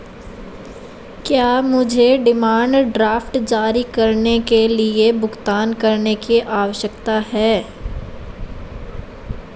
क्या मुझे demand draft जारी करने के लिए भुगतान करने की आवश्यकता है?